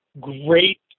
great